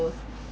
goals